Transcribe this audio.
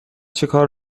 چکار